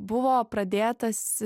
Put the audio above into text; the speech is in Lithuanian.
buvo pradėtas